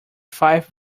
five